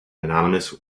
anonymous